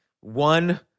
one